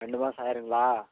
ரெண்டு மாதம் ஆகிருங்களா